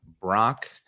brock